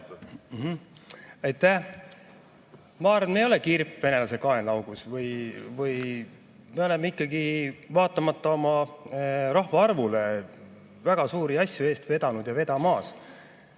Ma arvan, ei me ole kirp venelase kaenlaaugus. Me oleme ikkagi, vaatamata oma rahvaarvule, väga suuri asju eest vedanud ja vedamas.